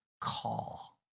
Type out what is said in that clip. call